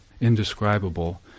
indescribable